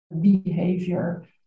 behavior